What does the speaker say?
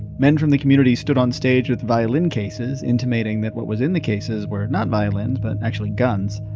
men from the community stood onstage with violin cases intimating that what was in the cases were not violins but actually guns.